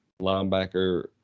linebacker